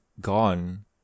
gone